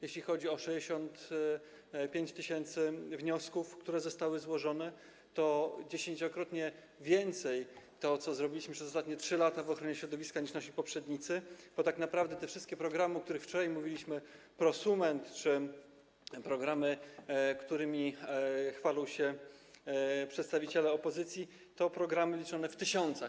Jeśli chodzi o 65 tys. wniosków, które zostały złożone, to jest to dziesięciokrotnie więcej, jeśli chodzi o to, co zrobiliśmy przez ostatnie 3 lata w ochronie środowiska, niż zrobili nasi poprzednicy, bo tak naprawdę te wszystkie programy, o których wczoraj mówiliśmy, „Prosument” czy programy, którymi chwalą się przedstawiciele opozycji, to programy liczone w tysiącach.